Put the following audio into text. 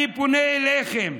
אני פונה אליכם,